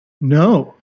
No